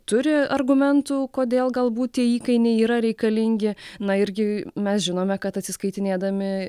turi argumentų kodėl galbūt tie įkainiai yra reikalingi na irgi mes žinome kad atsiskaitinėdami